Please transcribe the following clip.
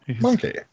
Monkey